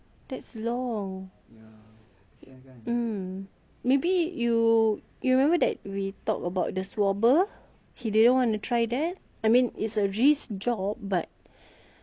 mm maybe you you remember that we talked about the swabber he didn't want to try that I mean it's a risk job but at least it's paying uh well